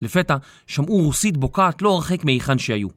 לפתע, שמעו רוסית בוקעת לא הרחק מהיכן שהיו.